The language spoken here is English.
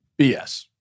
BS